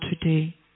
today